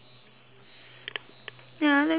wait ah let me see clearly